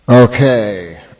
Okay